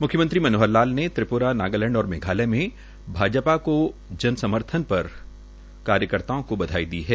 मुख्यमंत्री नोहर लाल ने त्रिप्रा नागालैंड और मेघायलय में भाजपा को जनसमर्थन पर कार्यकर्ताओं को बधाई दी है